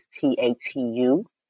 T-A-T-U